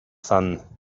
sun